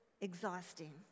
exhausting